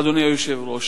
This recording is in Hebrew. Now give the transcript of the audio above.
אדוני היושב-ראש.